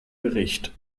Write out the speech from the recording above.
bericht